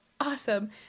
awesome